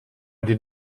did